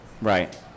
Right